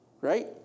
right